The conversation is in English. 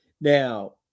Now